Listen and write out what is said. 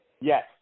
Yes